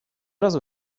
razu